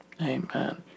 Amen